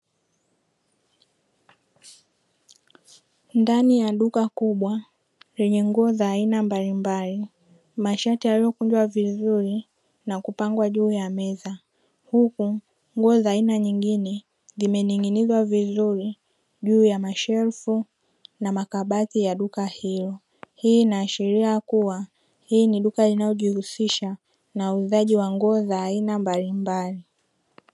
Ndani ya duka kubwa lenye nguo za aina mbalimbali masharti yaliyokunywa vizuri na kupangwa juu ya meza, huku nguo za aina nyingine zimening'inizwa vizuri juu ya mashelefu na makabati ya duka hilo, hii inaashiria kuwa hii ni duka linalojihusisha na uuzaji wa nguo za aina mbalimbali.